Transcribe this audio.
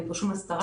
אין פה שום הסתרה,